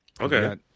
Okay